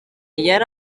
yari